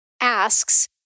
asks